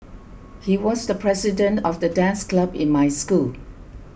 he was the president of the dance club in my school